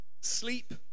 sleep